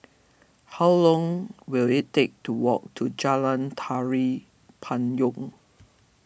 how long will it take to walk to Jalan Tari Payong